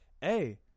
hey